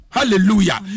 Hallelujah